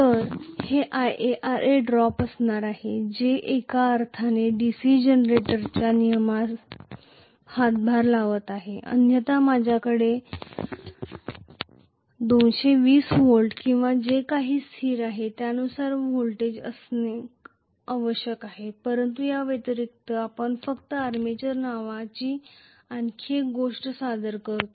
तर हे IaRa drop असणार आहे जे एका अर्थाने DC जनरेटरच्या नियमनास हातभार लावत आहे अन्यथा माझ्याकडे 220 व्होल्ट किंवा जे काही स्थिर आहे त्यानुसार व्होल्टेज असणे आवश्यक आहे परंतु या व्यतिरिक्त आपण फक्त आर्मेचर नावाची आणखी एक गोष्ट सादर करतो